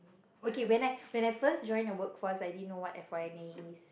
okay when I when I first join the workforce I didn't know what F_Y_N_A is